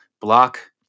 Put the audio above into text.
block